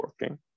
working